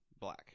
black